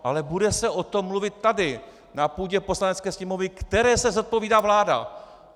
Ale bude se o tom mluvit tady na půdě Poslanecké sněmovny, které se zodpovídá vláda!